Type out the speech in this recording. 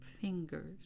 fingers